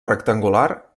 rectangular